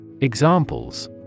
Examples